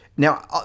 Now